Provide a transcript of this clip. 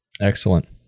Excellent